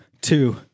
two